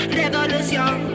revolution